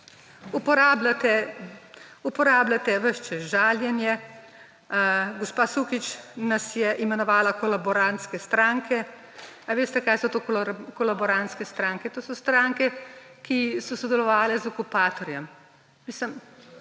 Uporabljate ves čas žaljenje. Gospa Sukič nas je imenovala kolaborantske stranke. Ali veste, kaj so to kolaborantske stranke? To so stranke, ki so sodelovale z okupatorjem. Mislim,